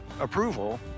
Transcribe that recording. approval